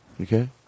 Okay